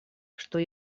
что